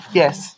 yes